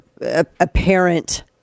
apparent